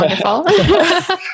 wonderful